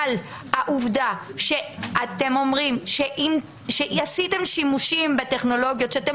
אבל העובדה שאתם אומרים שעשיתם שימושים בטכנולוגיות שאתם